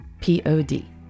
P-O-D